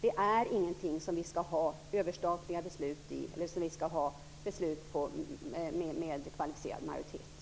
Det är ingenting som vi skall ha överstatliga beslut om eller beslut om med kvalificerad majoritet.